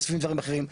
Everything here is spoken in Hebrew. מוסיפים דברים אחרים,